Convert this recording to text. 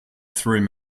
through